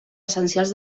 essencials